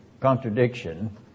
contradiction